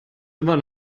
immer